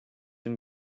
and